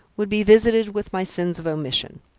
would be visited with my sins of omission.